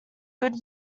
good